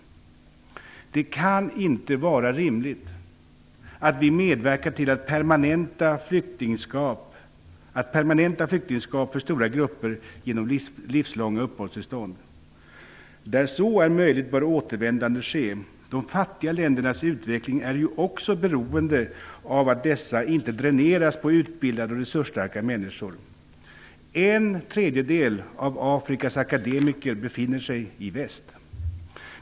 Det kan inte vara rimligt att vi medverkar till att permanenta flyktingskap för stora grupper genom livslånga uppehållstillstånd. Där så är möjligt bör återvändande ske. De fattiga ländernas utveckling är ju också beroende av att de inte dräneras på utbildade och resursstarka människor. En tredjedel av Afrikas akademiker befinner sig i väst.